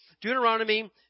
Deuteronomy